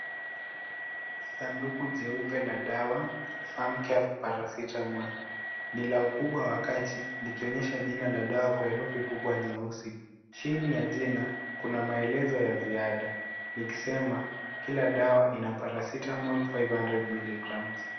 Sanduku jeupe la dawa, pharmcare Paracetamol. Ni la ukubwa wa kati likionyesha jina la dawa kwa herufi kubwa nyeusi. Chini ya jina, kuna maelezo ya ziada likisema kila dawa ina, Paracetamol, five hundred milligrams.